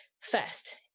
First